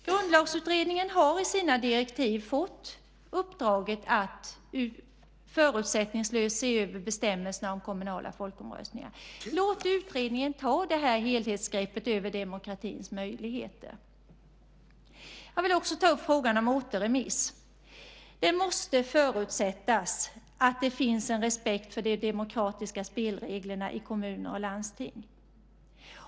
Grundlagsutredningen har i sina direktiv fått uppdraget att förutsättningslöst se över bestämmelserna om kommunala folkomröstningar. Låt utredningen ta det här helhetsgreppet över demokratins möjligheter! Jag vill också ta upp frågan om återremiss. Det måste förutsättas att det finns en respekt för de demokratiska spelreglerna i kommuner och landsting.